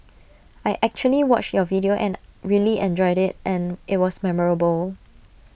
I actually watched your video and really enjoyed IT and IT was memorable